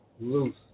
loose